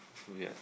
it's weird